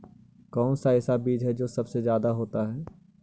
कौन सा ऐसा बीज है जो सबसे ज्यादा होता है?